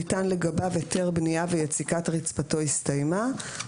ניתן לגביו היתר בנייה ויציקת רצפתו הסתיימה,